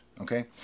okay